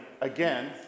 again